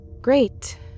Great